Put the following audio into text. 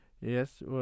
yes